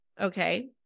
Okay